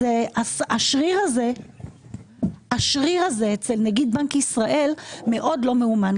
השריר הזה אצל נגיד בנק ישראל מאוד לא מאומן.